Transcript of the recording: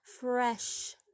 fresh